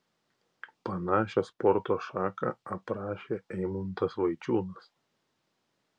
panašią sporto šaką aprašė eimuntas vaičiūnas